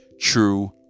true